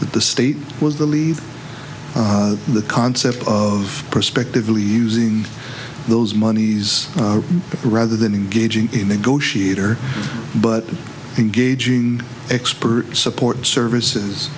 that the state was the leave the concept of prospectively using those monies rather than engaging in negotiator but engaging expert support services